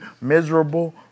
miserable